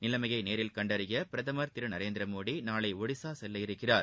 நிலைமையை நேரில் கண்டறிய பிரதமர் திரு நரேந்திரமோடி நாளை ஒடிசா செல்லவிருக்கிறார்